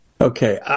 Okay